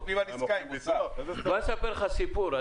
בוא אני אספר לך סיפור.